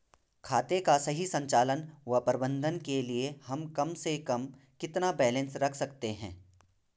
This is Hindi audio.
खाते का सही संचालन व प्रबंधन के लिए हम कम से कम कितना बैलेंस रख सकते हैं?